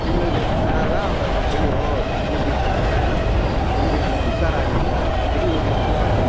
signal வந்துச்சுனால் தான் சரி ஓ சங்கு ஊதிருக்காங்க அப்படி போய் நம்ம உஷார் ஆகி வெளியே ஓடி வந்துடுவாங்க